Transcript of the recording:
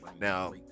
Now